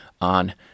on